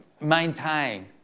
maintain